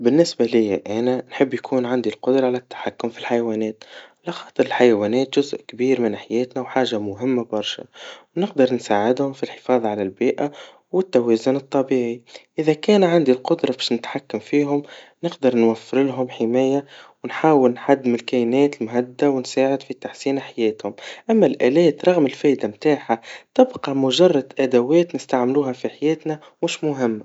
بالنسبا ليا أما, نحب يكون عندك القدرا على التحكم في الحيوانات, على خاطر الحيوانات جزء كبير من حياتنا, وحاجا مهما برشا, ونقدر نساعدهم في الحفاظ على البيئا, والتوازن الطبيعي, إذا كان عندي القدرا باش تحكم فيهم, نقدر نوفرلهم حمايا, ونحاول نحد من الكاينات المهددا, ونساعد في التحسين حياتهم, أماا الآلات رغم الفايدا, متاعها, تبقى مجرد أدوات نستعملوها في حياتنا مش مهما.